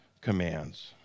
commands